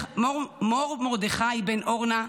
מור מרדכי בן אורנה,